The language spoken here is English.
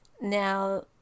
Now